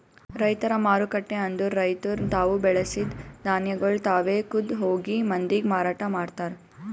ರೈತರ ಮಾರುಕಟ್ಟೆ ಅಂದುರ್ ರೈತುರ್ ತಾವು ಬೆಳಸಿದ್ ಧಾನ್ಯಗೊಳ್ ತಾವೆ ಖುದ್ದ್ ಹೋಗಿ ಮಂದಿಗ್ ಮಾರಾಟ ಮಾಡ್ತಾರ್